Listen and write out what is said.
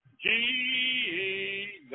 Jesus